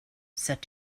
said